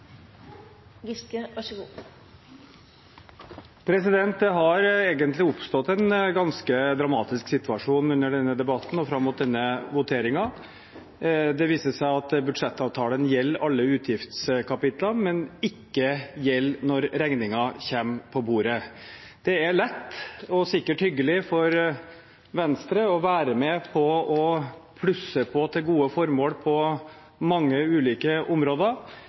Det har egentlig oppstått en ganske dramatisk situasjon under denne debatten og fram mot denne voteringen. Det viser seg at budsjettavtalen gjelder alle utgiftskapitlene, men gjelder ikke når regningen kommer på bordet. Det er lett og sikkert hyggelig for Venstre å være med på å plusse på til gode formål på mange ulike områder.